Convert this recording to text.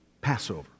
Passover